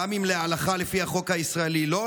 גם אם להלכה לפי החוק הישראלי לא,